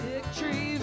Victory